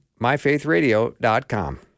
myfaithradio.com